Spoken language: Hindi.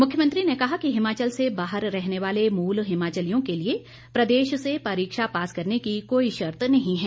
मुख्यमंत्री ने कहा कि हिमाचल से बाहर रहने वाले मूल हिमाचलियों के लिए प्रदेश से परीक्षा पास करने की कोई शर्त नहीं है